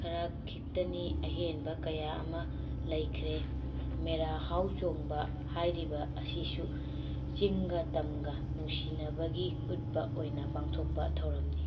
ꯈꯔ ꯈꯤꯠꯇꯅꯤ ꯑꯍꯦꯟꯕ ꯀꯌꯥ ꯑꯃ ꯂꯩꯈ꯭ꯔꯦ ꯃꯦꯔꯥ ꯍꯥꯎꯆꯣꯡꯕ ꯍꯥꯏꯔꯤꯕ ꯑꯁꯤꯁꯨ ꯆꯤꯡꯒ ꯇꯝꯒ ꯅꯨꯡꯁꯤꯟꯅꯕꯒꯤ ꯎꯠꯄ ꯑꯣꯏꯅ ꯄꯥꯡꯊꯣꯛꯄ ꯊꯧꯔꯝꯅꯤ